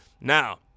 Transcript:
Now